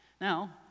Now